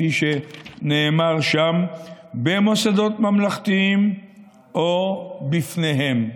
כפי שנאמר שם "במוסדות ממלכתיים או בפניהם".